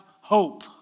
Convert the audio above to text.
hope